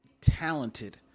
talented